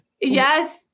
yes